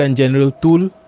and general tool